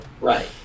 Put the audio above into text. Right